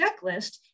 checklist